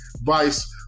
vice